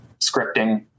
scripting